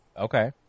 Okay